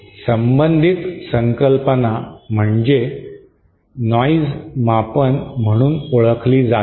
संबंधित संकल्पना म्हणजे नॉइज मापन म्हणून ओळखली जाते